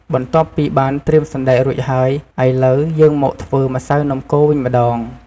បន្ទាប់ពីបានត្រៀមសណ្ដែករួចហើយ ឥឡូវ យើងមកធ្វើម្សៅនំកូរវិញម្ដង។